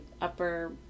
upper